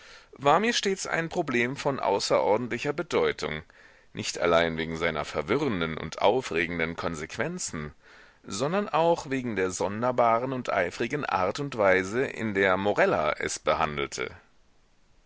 war mir stets ein problem von außerordentlicher bedeutung nicht allein wegen seiner verwirrenden und aufregenden konsequenzen sondern auch wegen der sonderbaren und eifrigen art und weise in der morella es behandelte